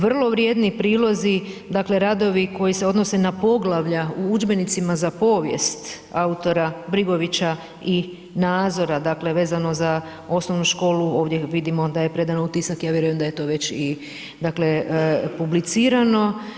Vrlo vrijedni prilozi, dakle radovi koji se odnose na poglavlja u udžbenicima za povijest autora Brigovića i Nazora, dakle vezano za osnovnu školu, ovdje vidimo da je predano u tisak, ja vjerujem da je to već i dakle publicirano.